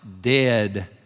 dead